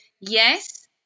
yes